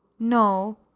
No